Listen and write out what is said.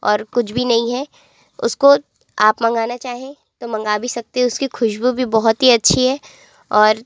और कुछ भी नहीं है उसको आप मंगाना चाहें तो मंगा भी सकते उसकी ख़ुशबू भी बहुत ही अच्छी है और